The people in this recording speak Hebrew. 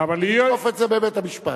לתקוף את זה בבית-המשפט.